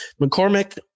McCormick